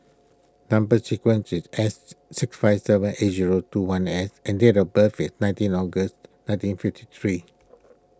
Number Sequence is S six five seven eight zero two one S and date of birth is nineteen August nineteen fifty three